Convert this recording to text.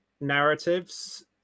narratives